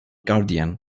guardian